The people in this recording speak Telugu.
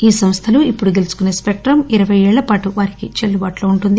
ఈ సంస్థలు ఇప్పుడు గెలుచుకునే స్పెక్టమ్ ఇరపై ఏళ్ల పాటు వారికి చెల్లుబాటులో ఉంటుంది